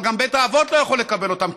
אבל גם בית האבות לא יכול לקבל אותם,